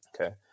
Okay